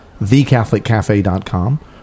thecatholiccafe.com